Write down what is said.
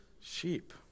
Sheep